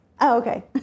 okay